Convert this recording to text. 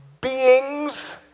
beings